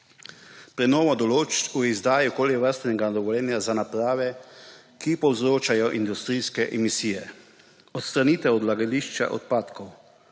prenova določb v izdaji okoljevarstvenega dovoljenja za naprave, ki povzročajo industrijske emisije, odstranitev odlagališče odpadkov,